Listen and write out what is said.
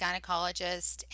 gynecologist